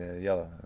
Yellow